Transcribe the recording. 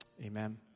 Amen